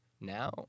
now